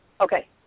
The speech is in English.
Okay